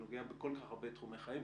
זה נוגע בכל כך הרבה תחומי חיים,